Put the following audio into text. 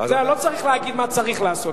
אתה לא צריך להגיד מה צריך לעשות.